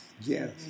Yes